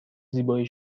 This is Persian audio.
زیبای